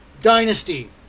Dynasty